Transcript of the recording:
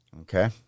Okay